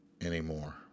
anymore